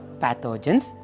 pathogens